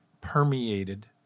permeated